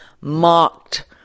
mocked